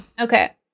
Okay